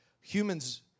humans